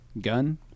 Gun